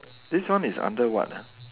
this one is under what ah